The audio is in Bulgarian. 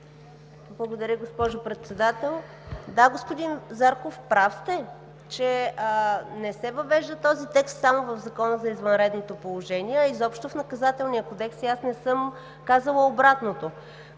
Благодаря, госпожо Председател. Да, господин Зарков, прав сте, че не се въвежда този текст само в Закона за извънредното положение, а изобщо в Наказателния кодекс и аз не съм казала обратното.